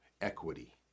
equity